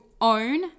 own